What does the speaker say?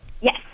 yes